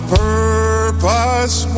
purpose